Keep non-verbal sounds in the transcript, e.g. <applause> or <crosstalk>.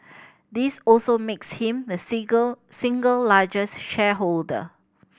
this also makes him the <unintelligible> single largest shareholder